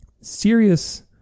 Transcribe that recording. Serious